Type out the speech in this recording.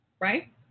Right